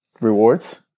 Rewards